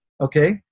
okay